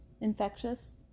Infectious